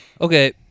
Okay